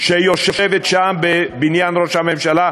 שיושבת שם, בבניין ראש הממשלה,